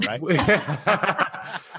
right